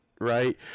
right